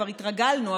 כבר התרגלנו,